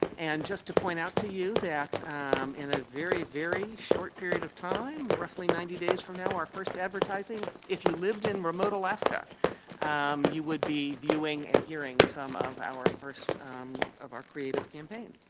and just to point out to you that in a very, very short period of time, roughly ninety days from now our first advertising, if you lived in remote alaska um you would be viewing and hearing some of our first um of our creative campaign.